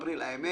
באפריל האמת?